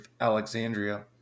alexandria